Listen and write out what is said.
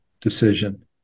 decision